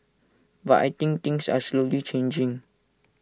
but I think things are slowly changing